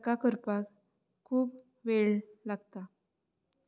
ताका करपाक खूब वेळ लागता